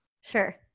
Sure